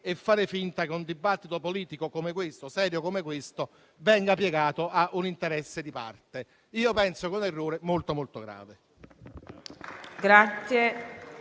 e fare finta che un dibattito politico serio come questo venga piegato a un interesse di parte. Io penso che sia un errore davvero molto grave.